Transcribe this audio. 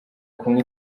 kunywa